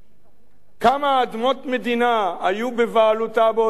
כמה אדמות מדינה היו בבעלותה באותם ימים?